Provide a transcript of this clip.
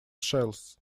shells